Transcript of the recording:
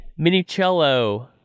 Minicello